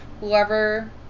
whoever